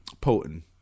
potent